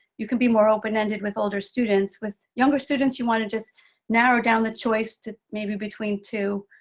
you can be more open-ended with older students. with younger students, you want to just narrow down the choice to maybe between two,